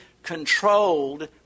controlled